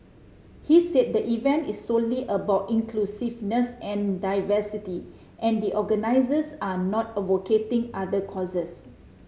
he said the event is solely about inclusiveness and diversity and the organisers are not advocating other causes